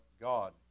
God